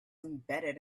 embedded